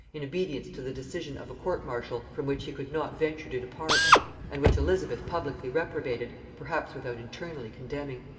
in obedience to the decision of a court-martial from which he could not venture to depart and which elizabeth publicly reprobated, perhaps without internally condemning.